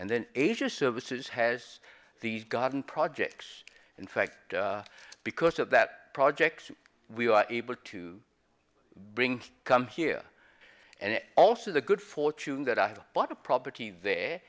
and then asia services has these garden projects in fact because of that project we were able to bring come here and also the good fortune that i have bought a property there